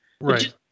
right